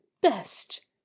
best